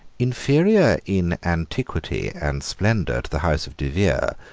inferior in antiquity and splendour to the house of de vere,